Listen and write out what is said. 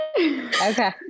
Okay